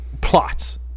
plots